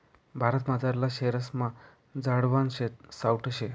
भारतमझारला शेरेस्मा झाडवान सावठं शे